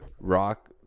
Rock